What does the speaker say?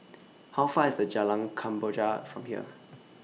How Far IS The Jalan Kemboja from here